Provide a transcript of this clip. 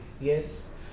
Yes